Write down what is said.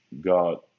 God